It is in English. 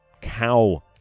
cow